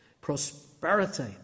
prosperity